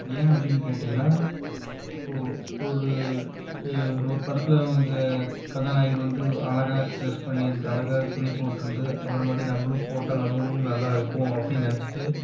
ஏன் அப்படின்னு கேட்டீங்கன்னால் இப்போது ஒரு ஒரு படத்தில் இவங்க கதாநாயகர் வந்து அழகா டிரெஸ் பண்ணி அழகா துணி போட்டிருந்து அவரை மாதிரி நம்மளும் போட்டால் நம்மளுக்கும் நல்லாயிருக்கும் அப்படின்னு நினச்சிட்டு